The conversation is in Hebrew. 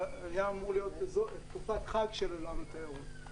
אמור להיות תקופת חג של ענף התיירות.